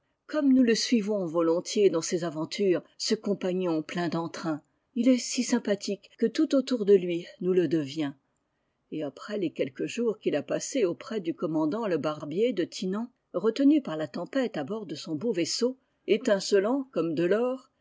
comme nous le suivons volontiers dans ses aventures ce compagnon plein d'entrain il est si sympathique que tout autour de lui nous le devient et après les quelques jours qu'il a passés auprès du commandant lebarbier de tinan retenu par la tempête à bord de son beau vaisseau étincelant comme de or